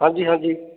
ਹਾਂਜੀ ਹਾਂਜੀ